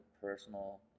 personal